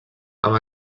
amb